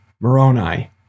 Moroni